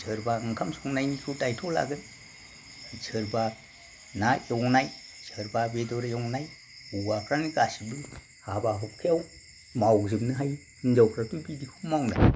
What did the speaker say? सोरबा ओंखाम संनायनिखौ दायथ'लागोन सोरबा ना एवनाय सोरबा बेदर एवनाय हौवाफ्रानो गासैबो हाबा हुखायाव मावजोबनो हायो हिनजावफ्राथ' बिदिखौ मावनो हाया